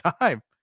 time